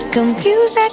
Confused